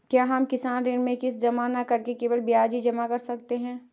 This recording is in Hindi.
क्या हम किसान ऋण में किश्त जमा न करके केवल ब्याज ही जमा कर सकते हैं?